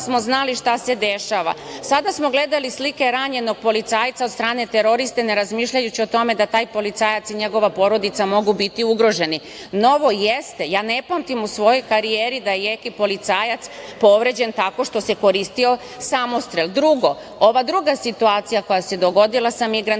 smo znali šta se dešava. Tada smo gledali slike ranjenog policajca od strane teroriste ne razmišljajući da taj policajac i njegova porodica mogu biti ugroženi, novo jeste i ja ne pamtim u svojoj karijeri da je neki policajac povređen tako što se koristio samostrel. Drugo, ova druga situacija koja se dogodila sa migrantima,